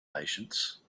patience